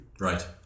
Right